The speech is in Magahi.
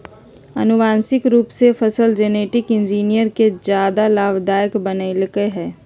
आनुवांशिक रूप से फसल जेनेटिक इंजीनियरिंग के ज्यादा लाभदायक बनैयलकय हें